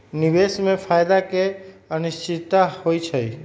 निवेश में फायदा के अनिश्चितता होइ छइ